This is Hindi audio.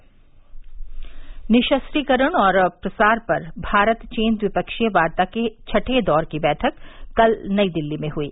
द्विपक्षीय वार्ता निःशस्त्रीकरण और अप्रसार पर भारत चीन द्विपक्षीय वार्ता के छठे दौर की बैठक कल नई दिल्ली में हुई